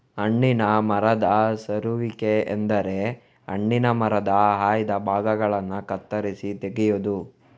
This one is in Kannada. ಹಣ್ಣಿನ ಮರದ ಸರುವಿಕೆ ಎಂದರೆ ಹಣ್ಣಿನ ಮರದ ಆಯ್ದ ಭಾಗಗಳನ್ನ ಕತ್ತರಿಸಿ ತೆಗೆಯುದು